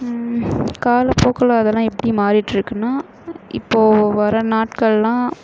காலப்போக்கில் அதெல்லாம் எப்படி மாறிட்டுருக்குன்னால் இப்போது வர நாட்கள்லாம்